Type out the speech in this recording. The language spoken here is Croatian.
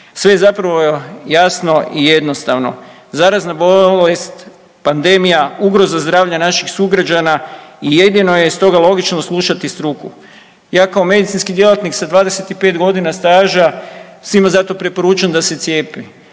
Sve je zapravo jasno i jednostavno, zarazna bolest, pandemija, ugroza zdravlja naših sugrađana i jedino je stoga logično slušati struku. Ja kao medicinski djelatnik sa 25.g. staža svima zato preporučujem da se cijepe,